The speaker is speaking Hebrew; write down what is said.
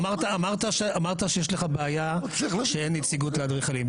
אמרת שיש לך בעיה שאין נציגות לאדריכלים,